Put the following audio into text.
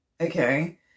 okay